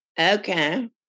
Okay